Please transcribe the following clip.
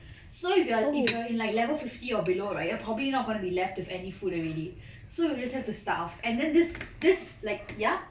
so if you are if you are in like level fifty or below right you're probably not going to be left with any food already so you just have to starve and then this this like ya